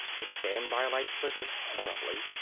the standby light flickered horribly.